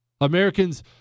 Americans